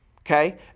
okay